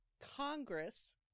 Congress